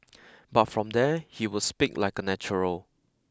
but from there he would speak like a natural